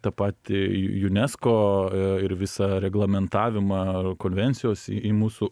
tą patį unesco ir visą reglamentavimą konvencijos į į mūsų